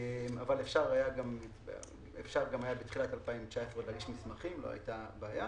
אבל אפשר היה גם בתחילת 2019 להגיש מסמכים לא היתה בעיה.